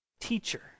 Teacher